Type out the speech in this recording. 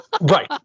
Right